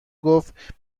گفت